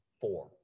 Four